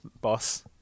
boss